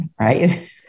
right